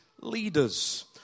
leaders